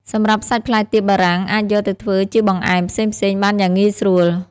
សម្រាប់សាច់ផ្លែទៀបបារាំងអាចយកទៅធ្វើជាបង្អែមផ្សេងៗបានយ៉ាងងាយស្រួល។